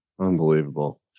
Unbelievable